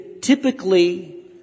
typically